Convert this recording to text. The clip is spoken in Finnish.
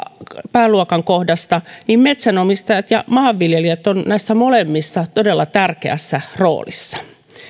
pääluokan kohdassa metsänomistajat ja maanviljelijät ovat näissä molemmissa todella tärkeässä roolissa